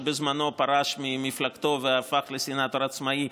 שבזמנו פרש ממפלגתו והפך לסנטור עצמאי.